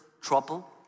trouble